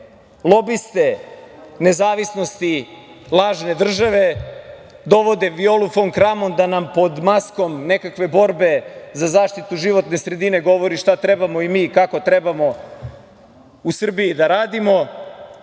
lobiste nezavisnosti lažne države, dovode Violu fon Kramon da nam pod maskom nekakve borbe za zaštitu životne sredine govori šta trebamo i kako trebamo mi u Srbiji da radimo. Ne